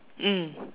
mm